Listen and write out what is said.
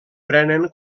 prenen